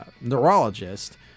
neurologist